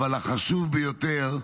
אבל החשוב ביותר,